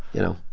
you know,